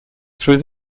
through